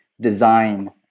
design